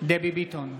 דבי ביטון,